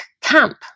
camp